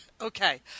Okay